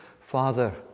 Father